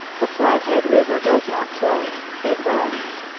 the flat head river does not flow it runs.